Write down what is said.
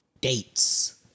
dates